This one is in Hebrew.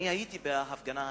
אני הייתי בהפגנה המדוברת.